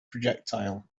projectile